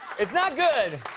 it's not good.